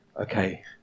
Okay